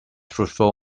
fruitful